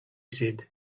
said